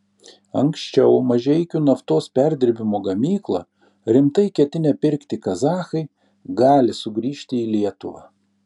anksčiau mažeikių naftos perdirbimo gamyklą rimtai ketinę pirkti kazachai gali sugrįžti į lietuvą